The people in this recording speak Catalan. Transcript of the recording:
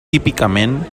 típicament